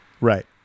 Right